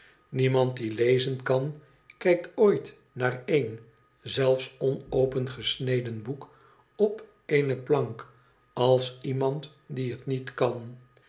niemand die lezen kan kijkt ooit naar een zelfs onopengesneden boek op eene plank als iemand die het niet kan